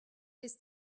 his